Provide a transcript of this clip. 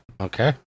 Okay